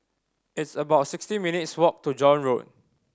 it's about sixteen minutes' walk to John Road